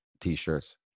T-shirts